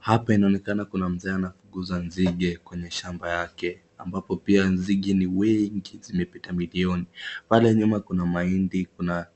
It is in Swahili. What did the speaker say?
Hapa inaonekana kuna mzee anafukuza nzige kwenye shamba yake ambapo pia nzige ni wengi zimepita milioni pale nyuma kuna mahindi kuna